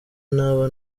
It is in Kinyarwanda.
naba